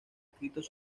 escritos